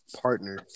partner